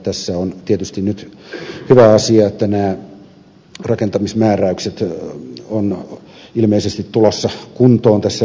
tässä on tietysti nyt hyvä asia että nämä rakentamismääräykset ovat ilmeisesti tulossa kuntoon lähiaikoina